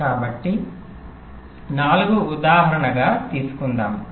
కాబట్టి నాలుగు ఉదాహరణగా తీసుకుందాం